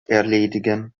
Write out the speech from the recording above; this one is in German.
erledigen